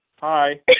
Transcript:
Hi